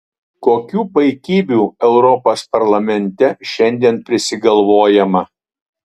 kokių paikybių europos parlamente šiandien prisigalvojama